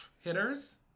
hitters